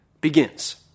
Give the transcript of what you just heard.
begins